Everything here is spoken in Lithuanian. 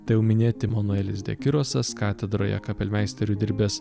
tai jau minėti manuelis dekirosas katedroje kapelmeisteriu dirbęs